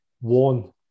One